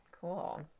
Cool